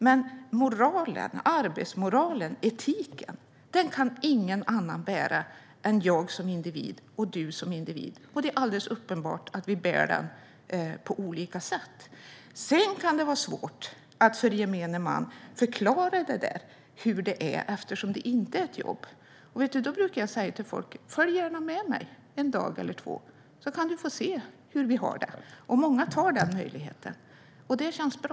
Men arbetsmoralen och etiken kan ingen annan bära än jag och du som individer, och det är alldeles uppenbart att vi bär den på olika sätt. Sedan kan det vara svårt att förklara detta för gemene man, eftersom det inte är ett jobb. Jag brukar säga till folk: Följ gärna med mig en dag eller två, så får du se hur vi har det här! Många utnyttjar den möjligheten, och det känns bra.